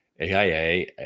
AIA